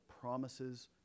promises